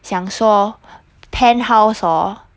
想说 penthouse hor